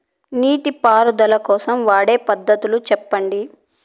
నీటి పారుదల కోసం వాడే పద్ధతులు సెప్పండి?